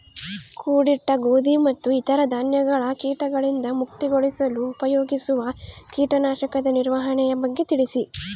ಕೂಡಿಟ್ಟ ಗೋಧಿ ಮತ್ತು ಇತರ ಧಾನ್ಯಗಳ ಕೇಟಗಳಿಂದ ಮುಕ್ತಿಗೊಳಿಸಲು ಉಪಯೋಗಿಸುವ ಕೇಟನಾಶಕದ ನಿರ್ವಹಣೆಯ ಬಗ್ಗೆ ತಿಳಿಸಿ?